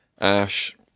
Ash